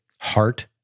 heart